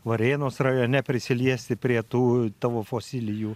varėnos rajone prisiliesti prie tų tavo fosilijų